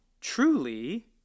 truly